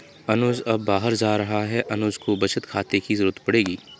अनुज अब बाहर जा रहा है अनुज को बचत खाते की जरूरत पड़ेगी